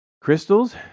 Crystals